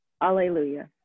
Alleluia